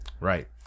Right